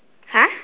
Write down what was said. !huh!